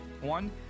One